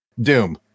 Doom